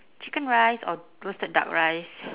chicken rice or roasted duck rice